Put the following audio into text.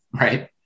right